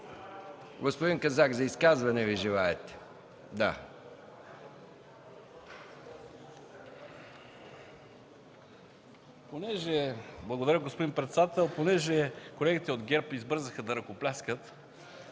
Господин Казак – изказване. ЧЕТИН КАЗАК (ДПС): Благодаря, господин председател. Понеже колегите от ГЕРБ избързаха да ръкопляскат,